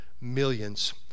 millions